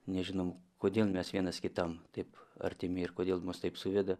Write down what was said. nežinom kodėl mes vienas kitam taip artimi ir kodėl mus taip suveda